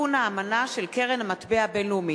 תיקון האמנה של קרן המטבע הבין-לאומית.